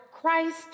Christ